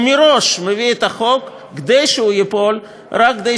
הוא מראש מביא את החוק כדי שהוא ייפול רק כדי